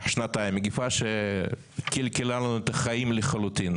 שנתיים, מגפה שקלקלה לנו את החיים לחלוטין.